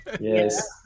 yes